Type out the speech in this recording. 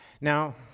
Now